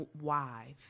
wives